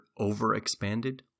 overexpanded